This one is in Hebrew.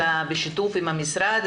אלא בשיתוף עם המשרד,